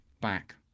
back